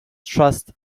trust